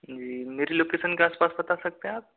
जी मेरी लोकेशन के आसपास बता सकते हैं आप